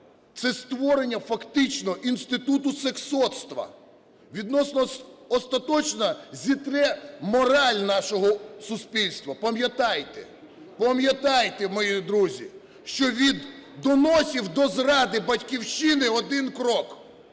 це створення фактично інституту сексотства. Відносно… остаточно зітре мораль нашого суспільства. Пам'ятайте, пам'ятайте, мої друзі, що від доносів до зради Батьківщини – один крок.